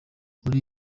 muri